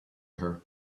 her